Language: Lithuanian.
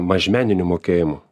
mažmeninių mokėjimų